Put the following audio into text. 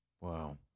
Wow